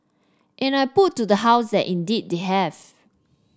and I put to the House that indeed they have